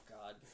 God